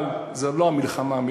אבל זאת לא המלחמה,